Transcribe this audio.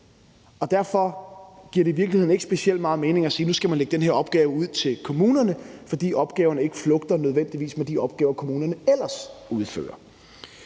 Derfor giver det i virkeligheden ikke specielt meget mening at sige, at nu skal man lægge den her opgave ud til kommunerne, for opgaven flugter ikke nødvendigvis med de opgaver, som kommunerne ellers udfører.